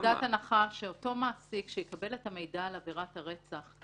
אני יוצאת מנקודת הנחה שאותו מעסיק שיקבל את המידע על עבירת הרצח,